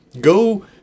Go